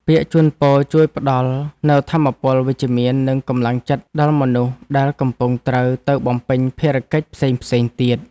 ពាក្យជូនពរជួយផ្ដល់នូវថាមពលវិជ្ជមាននិងកម្លាំងចិត្តដល់មនុស្សដែលកំពុងត្រូវទៅបំពេញភារកិច្ចផ្សេងៗទៀត។